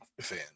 fan